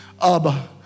Abba